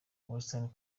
western